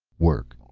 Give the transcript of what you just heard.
work.